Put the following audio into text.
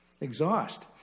exhaust